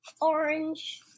Orange